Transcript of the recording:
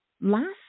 last